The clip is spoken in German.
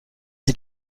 sie